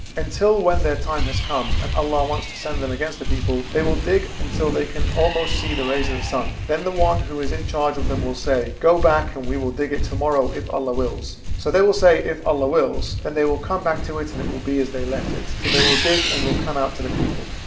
until when their time has come and allah wants to send them against the people, they will dig until they can almost see the rays of the sun, then the one who is in charge of them will say go back and we will dig it tomorrow if allah wills. so they will say if allah wills. then they will come back to it and it will be as they left it. so they will dig and will come out to the people.